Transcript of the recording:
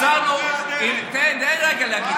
חזרנו, תן, תן רגע להגיב.